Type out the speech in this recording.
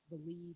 believe